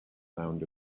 sound